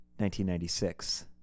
1996